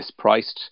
mispriced